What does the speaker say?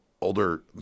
Older